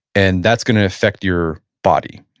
and that's going to affect your body,